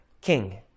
king